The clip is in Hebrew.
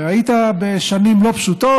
והיית בשנים לא פשוטות,